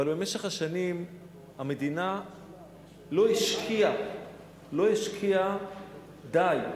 אבל במשך השנים המדינה לא השקיעה די.